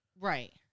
Right